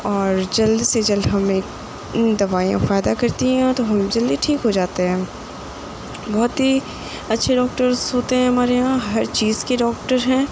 اور جلد سے جلد ہمیں دوائیاں فائدہ کرتی ہیں تو ہم جلدی ٹھیک ہو جاتے ہیں بہت ہی اچھے ڈاکٹرس ہوتے ہیں ہمارے یہاں ہر چیز کے ڈاکٹر ہیں